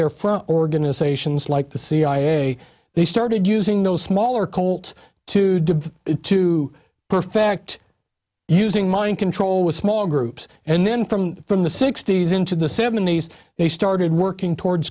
their front organizations like the cia they started using those smaller colt two to perfect using mind control with small groups and then from from the sixties into the seventies they started working towards